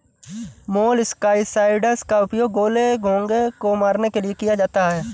molluscicides का उपयोग गोले, घोंघे को मारने के लिए किया जाता है